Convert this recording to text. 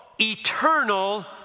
eternal